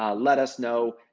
ah let us know.